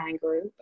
group